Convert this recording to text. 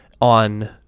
on